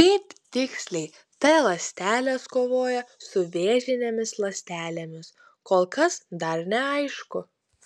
kaip tiksliai t ląstelės kovoja su vėžinėmis ląstelėmis kol kas dar neaišku